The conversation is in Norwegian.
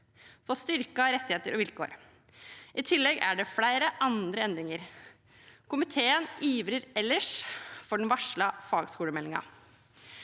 få styrkede rettigheter og vilkår. I tillegg er det flere andre endringer. Komiteen ivrer ellers for den varslede fagskolemeldingen.